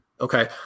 Okay